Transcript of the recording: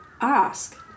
ask